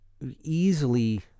easily